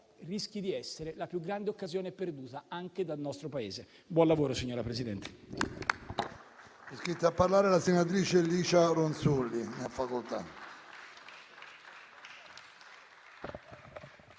Uniti d'Europa), la più grande occasione perduta anche dal nostro Paese. Buon lavoro, signora Presidente.